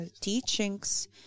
teachings